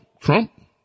Trump